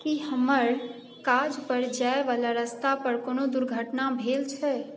की हमर काजपर जाइवला रास्तापर कोनो दुर्घटना भेल छै